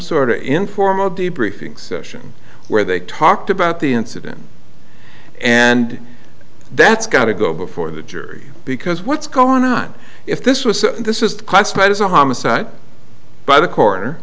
sort of informal debriefing session where they talked about the incident and that's got to go before the jury because what's going on if this was so this is classified as a homicide by the coroner